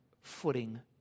footing